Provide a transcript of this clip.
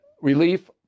relief